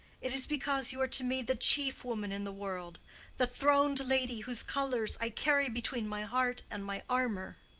it is because you are to me the chief woman in the world the throned lady whose colors i carry between my heart and my armor.